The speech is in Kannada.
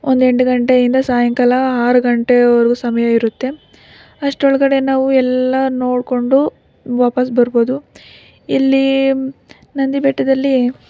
ಒಂದು ಎಂಟು ಗಂಟೆಯಿಂದ ಸಾಯಂಕಾಲ ಆರು ಗಂಟೆವರೆಗೂ ಸಮಯ ಇರುತ್ತೆ ಅಷ್ಟರೊಳಗಡೆ ನಾವು ಎಲ್ಲ ನೋಡಿಕೊಂಡು ವಾಪಸ್ ಬರ್ಬೋದು ಇಲ್ಲಿ ನಂದಿಬೆಟ್ಟದಲ್ಲಿ